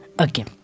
okay